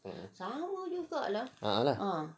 ah lah